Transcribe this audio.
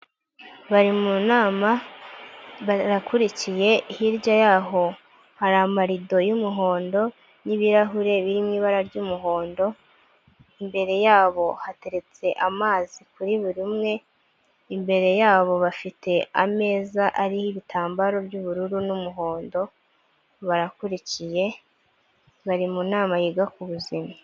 Bari mu nama barakurikiye hirya yaho hari amarido y'umuhondo n'ibirahure biriri mu ibara ry'umuhondo, imbere yabo hateretse amazi kuri buri umwe, imbere yabo bafite ameza ariho ibitambaro by'ubururu n'umuhondo, barakurikiye bari mu nama yiga ku buzima.